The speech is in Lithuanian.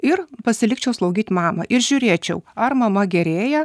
ir pasilikčiau slaugyt mamą ir žiūrėčiau ar mama gerėja